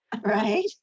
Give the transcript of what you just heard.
Right